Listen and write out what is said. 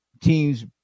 teams